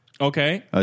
Okay